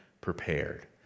prepared